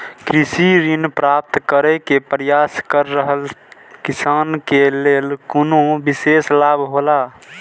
कृषि ऋण प्राप्त करे के प्रयास कर रहल किसान के लेल कुनु विशेष लाभ हौला?